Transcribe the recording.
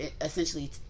essentially